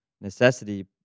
necessity